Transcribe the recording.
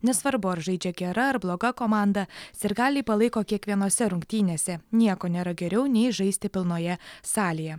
nesvarbu ar žaidžia gera ar bloga komanda sirgaliai palaiko kiekvienose rungtynėse nieko nėra geriau nei žaisti pilnoje salėje